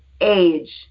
age